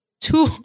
Two